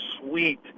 sweet